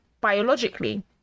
biologically